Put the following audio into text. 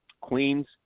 Queens